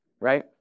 Right